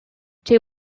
they